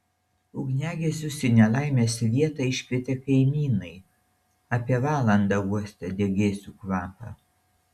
ugniagesius į nelaimės vietą iškvietė kaimynai apie valandą uostę degėsių kvapą